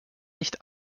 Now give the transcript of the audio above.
nicht